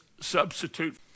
substitute